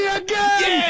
again